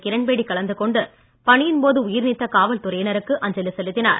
கிரண்பேடி கலந்து கொண்டு பணியின்போது உயிர்நீத்த காவல்துறையினருக்கு அஞ்சலி செலுத்தினார்